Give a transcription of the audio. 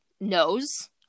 knows